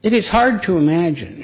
it is hard to imagine